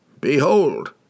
Behold